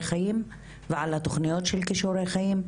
חיים ועל התוכניות של כישורי חיים,